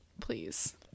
please